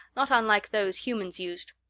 not unlike those humans used.